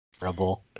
rebel